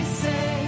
say